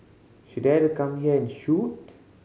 she dare to come here and shoot